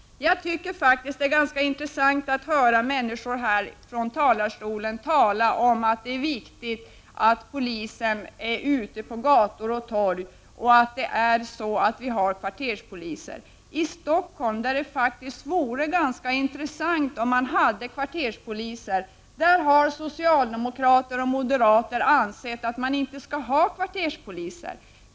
Jag tycker faktiskt att det är intressant att höra människor från talarstolen tala om att det är viktigt att polisen är ute på gator och torg och att det behövs kvarterspoliser. I Stockholm — där det vore intressant om det fanns kvarterspoliser — har socialdemokrater och moderater ansett att det inte skall finnas kvarterspoliser.